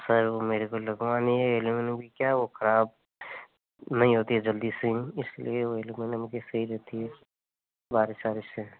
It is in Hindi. तो सर वो मेरे को लगवानी हे अल्युमीनियम की क्या वो खराब नही होती है जल्दी इसलिए वो अल्युमीनियम की सही रहती है बारिश वारीश में